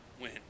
win